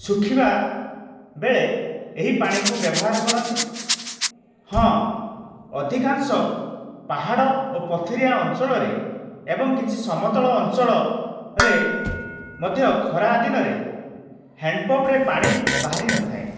ଶୁଖିବା ବେଳେ ଏହି ପାଣିକୁ ବ୍ୟବହାର କରନ୍ତି ହଁ ଅଧିକାଂଶ ପାହାଡ଼ ଓ ପଥୁରିଆ ଅଞ୍ଚଳରେ ଏବଂ କିଛି ସମତଳ ଅଞ୍ଚଳରେ ମଧ୍ୟ ଖରା ଦିନରେ ହ୍ୟାଣ୍ଡପମ୍ପରେ ପାଣି ବାହାରି ନଥାଏ